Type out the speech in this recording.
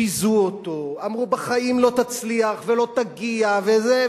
ביזו אותו, אמרו: בחיים לא תצליח ולא תגיע, וזה,